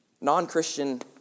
Non-Christian